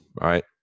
right